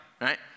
right